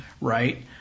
right